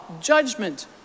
judgment